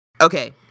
okay